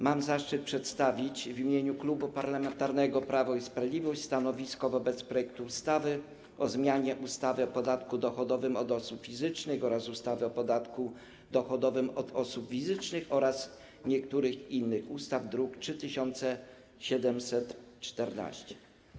Mam zaszczyt przedstawić w imieniu Klubu Parlamentarnego Prawo i Sprawiedliwość stanowisko wobec projektu ustawy o zmianie ustawy o podatku dochodowym od osób fizycznych oraz ustawy o zmianie ustawy o podatku dochodowym od osób fizycznych oraz niektórych innych ustaw, druk nr 3714.